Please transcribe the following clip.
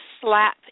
slap